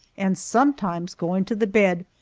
and sometimes, going to the bed,